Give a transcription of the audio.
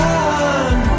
Run